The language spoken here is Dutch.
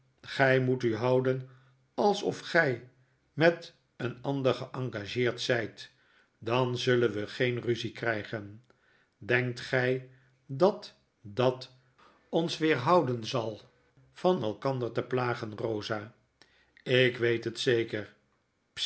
gy moet u houden alsof gy met een ander geengageerd zyt dan zullen we geen ruzie krygen denkt gy dat dat ons weerhouden zal van elkander te plagen rosa ik weet net zeker